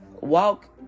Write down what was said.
walk